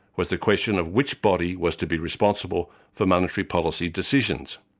was the question of which body was to be responsible for monetary policy decisions.